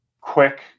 quick